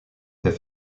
fait